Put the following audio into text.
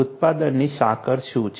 ઉત્પાદનની સાંકળ શું છે